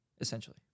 essentially